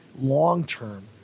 long-term